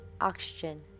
oxygen